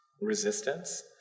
resistance